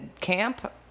camp